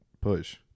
push